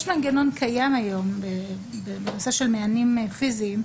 יש מנגנון קיים היום בנושא של מענים פיזיים,